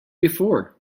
before